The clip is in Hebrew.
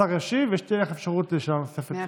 השר ישיב, ותהיה לך אפשרות לשאלה נוספת בהמשך.